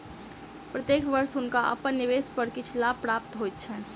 प्रत्येक वर्ष हुनका अपन निवेश पर किछ लाभ प्राप्त होइत छैन